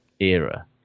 era